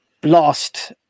blast